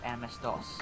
MS-DOS